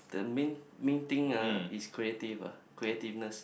the main main thing ah is creative ah creativeness